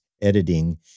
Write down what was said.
editing